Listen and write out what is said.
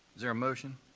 there a motion?